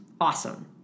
Awesome